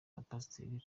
abapasiteri